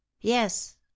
Yes